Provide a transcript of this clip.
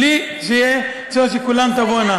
בלי שיהיה צורך שכולן תבואנה.